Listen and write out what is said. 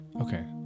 Okay